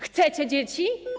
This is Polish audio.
Chcecie dzieci?